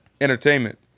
Entertainment